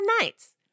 nights